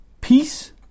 peace